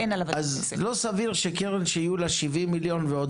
אז לא סביר שקרן שיהיו לה 70 מיליון ועוד